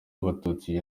abatutsi